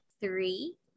three